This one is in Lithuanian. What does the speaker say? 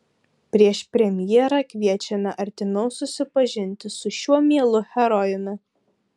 prieš premjerą kviečiame artimiau susipažinti su šiuo mielu herojumi